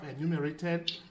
enumerated